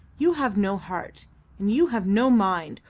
you have no heart, and you have no mind,